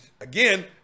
Again